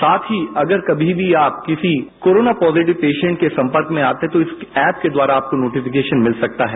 साथ ही अगर कमी भी आप किसी कोरोना पॉजिटिव पेशेन्ट आते हैं तो इस ऐप के द्वारा आपको नोटिफिकेशन मिल सकता है